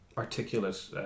articulate